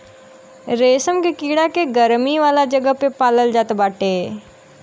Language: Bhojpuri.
रेशम के कीड़ा के गरमी वाला जगह पे पालाल जात बाटे